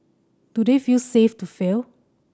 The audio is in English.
do they feel safe to fail